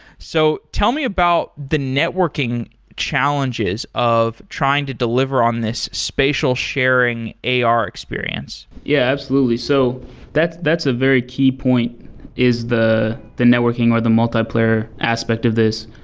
so tell me about the networking challenges of trying to deliver on this spatial sharing ar experience? yeah, absolutely. so that's that's a very key point is the the networking or the multiplayer aspect of this.